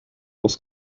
was